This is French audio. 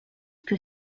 que